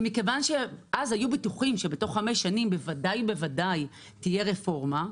מכיוון שאז היו בטוחים שבתוך חמש שנים בוודאי ובוודאי תהיה רפורמה,